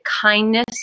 kindness